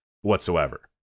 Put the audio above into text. whatsoever